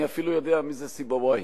אני אפילו יודע מי זה סיבויה,